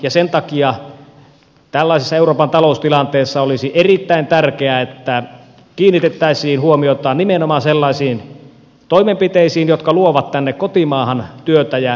sen takia tällaisessa euroopan taloustilanteessa olisi erittäin tärkeää että kiinnitettäisiin huomiota nimenomaan sellaisiin toimenpiteisiin jotka luovat tänne kotimaahan työtä ja yrittäjyyttä